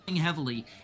heavily